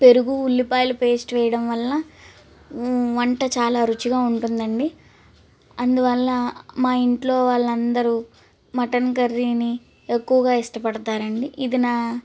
పెరుగు ఉల్లిపాయలు పేస్ట్ వేయడం వల్ల వంట చాలా రుచిగా ఉంటుందండి అందువల్ల మాఇంట్లో వాళ్ళందరు మటన్కర్రీని ఎక్కువగా ఇష్టపడతారండి ఇది నా